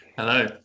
Hello